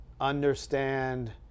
understand